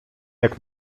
jak